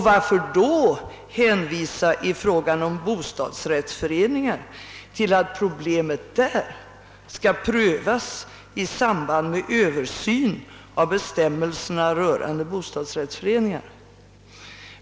Varför då i fråga om bostadsrättsföreningar hänvisa till att problemet för deras del skall prövas i samband med en översyn av bestämmelserna rörande bostadsrättsföreningar?